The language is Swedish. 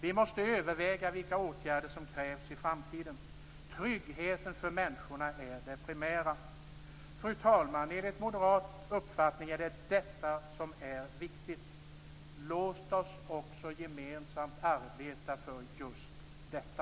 Vi måste överväga vilka åtgärder som krävs i framtiden. Tryggheten för människorna är det primära. Fru talman! Enligt moderat uppfattning är det detta som är viktigt. Låt oss också gemensamt arbeta för just detta.